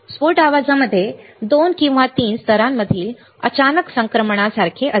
स्फोट आवाजामध्ये दोन किंवा अधिक स्तरांमधील अचानक संक्रमणासारखे असते